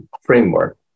framework